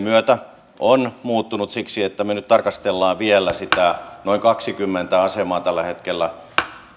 myötä on muuttunut siksi että me nyt tarkastelemme vielä sitä noin kaksikymmentä asemaa tällä hetkellä